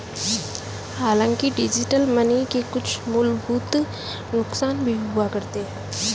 हांलाकि digital money के कुछ मूलभूत नुकसान भी हुआ करते हैं